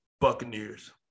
Buccaneers